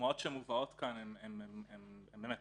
הדוגמאות שמובאות כאן באמת,